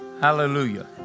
hallelujah